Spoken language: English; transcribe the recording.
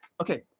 Okay